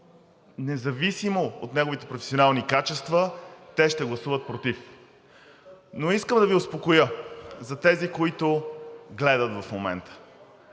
независимо от неговите професионални качества те ще гласуват против. Но искам да успокоя тези, които гледат в момента,